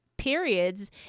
periods